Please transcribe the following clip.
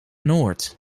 noord